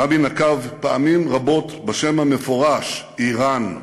רבין נקב פעמים רבות בשם המפורש: איראן,